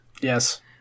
Yes